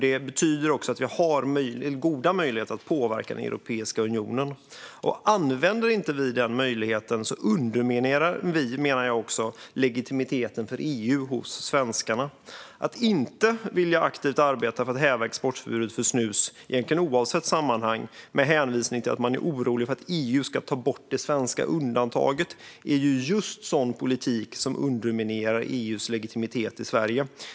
Det betyder också att vi har goda möjligheter att påverka Europeiska unionen. Använder inte vi den möjligheten underminerar vi, menar jag, legitimiteten för EU hos svenskarna. Att inte vilja aktivt arbeta för att häva exportförbudet för snus, egentligen oavsett sammanhang, med hänvisning till att man är orolig för att EU ska ta bort det svenska undantaget är just sådan politik som underminerar EU:s legitimitet i Sverige.